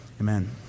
Amen